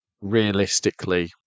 realistically